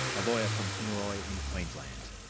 a lawyer from kingaroy in queensland.